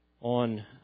on